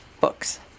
books